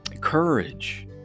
courage